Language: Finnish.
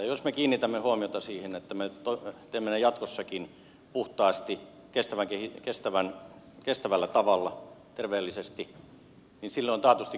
jos me kiinnitämme huomiota siihen että me teemme ne jatkossakin puhtaasti kestävällä tavalla terveellisesti niin silloin on taatusti kysyntää